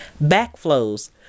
Backflows